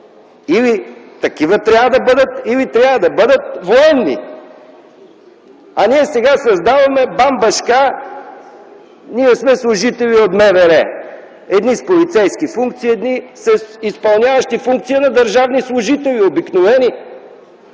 Или такива трябва да бъдат, или трябва да бъдат военни! Сега създаваме бамбашка „ние сме служители от МВР” – едни с полицейски функции; едни, изпълняващи функция на обикновени държавни служители! Вярно е,